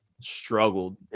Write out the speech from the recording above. struggled